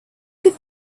could